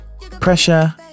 Pressure